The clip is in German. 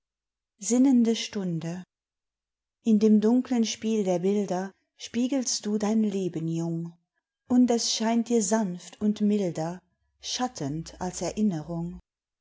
sinnende stunde in dem dunklen spiel der bilder spiegelst du dein leben jung und es scheint dir sanft und milder schattend als erinnerung